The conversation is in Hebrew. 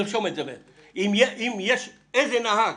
אם נהג,